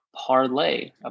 parlay